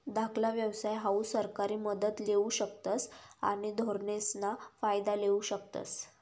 धाकला व्यवसाय हाऊ सरकारी मदत लेवू शकतस आणि धोरणेसना फायदा लेवू शकतस